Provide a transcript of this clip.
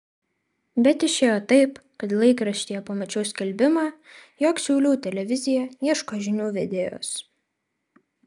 bet išėjo taip kad laikraštyje pamačiau skelbimą jog šiaulių televizija ieško žinių vedėjos